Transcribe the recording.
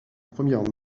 premières